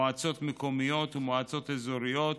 במועצות מקומיות ובמועצות אזוריות